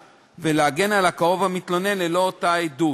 ולהגן על הקרוב המתלונן ללא אותה עדות.